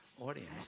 audience